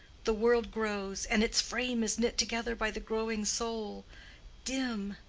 the world grows, and its frame is knit together by the growing soul dim,